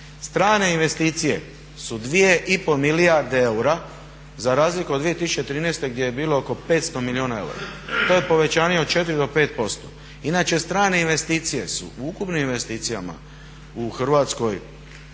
strane investicije su 2,5 milijarde eura za razliku od 2013. gdje je bilo oko 50 milijuna eura. To je povećanje od 4 do 5%. Inače strane investicije su u ukupnim investicijama u Hrvatskoj